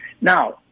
Now